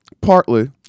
Partly